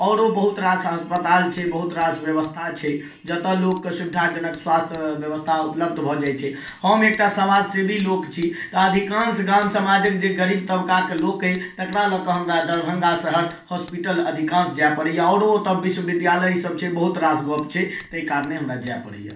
आओरो बहुत रास अस्पताल छै बहुत रास व्यवस्था छै जतय लोकके सुविधा जनक स्वास्थ्य व्यवस्था उपलब्ध भऽ जाइत छै हम एकतऽ समाजसेवी लोक छी तऽ अधिकांश गाँव समाजक जे गरीब तबकाके लोक अहि तकरा लऽ कऽ हमरा दरभङ्गा शहर हॉस्पिटल अधिकांश जाय पड़ैया आओरो ओतय विश्वविद्यालय ई सभ छै बहुत रास गप छै तहि कारणे हमरा जाय पड़ैया